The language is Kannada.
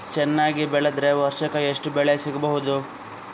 ಚೆನ್ನಾಗಿ ಬೆಳೆದ್ರೆ ವರ್ಷಕ ಎಷ್ಟು ಬೆಳೆ ಸಿಗಬಹುದು?